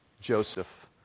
Joseph